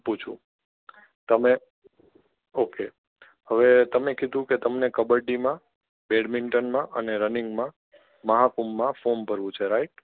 આપું છું તમે ઓકે હવે તમે કીધું કે તમને કબડ્ડીમાં બેડમિન્ટનમાં અને રનિંગમાં મહાકુંભમાં ફોર્મ ભરવું છે રાઈટ